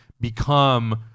become